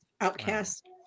outcast